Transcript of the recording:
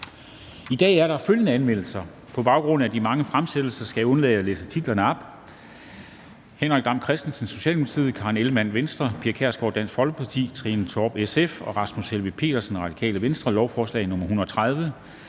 I dag er der følgende anmeldelser, og på baggrund af de mange fremsættelser skal jeg undlade at læse titlerne op: Henrik Dam Kristensen (S), Karen Ellemann (V), Pia Kjærsgaard (DF), Trine Torp (SF) og Rasmus Helveg Petersen (RV): Lovforslag nr. L 130